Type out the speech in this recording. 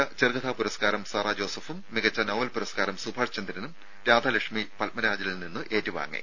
മികച്ച ചെറുകഥാ പുരസ്കാരം സാറാ ജോസഫും മികച്ച നോവൽ പുരസ്കാരം സുഭാഷ് ചന്ദ്രനും രാധാലക്ഷ്മി പത്മരാജനിൽ നിന്ന് ഏറ്റുവാങ്ങി